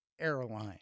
airline